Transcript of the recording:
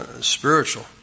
spiritual